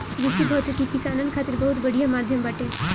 कृषि भौतिकी किसानन खातिर बहुत बढ़िया माध्यम बाटे